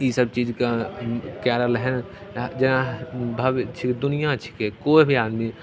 ईसब चीजके कै रहलै हँ जेना भव दुनिआ छिकै कोइ भी आदमी